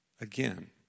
again